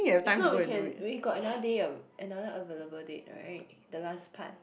if not we can we got another day of another available date right the last part